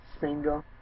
Single